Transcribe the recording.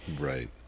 Right